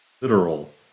literal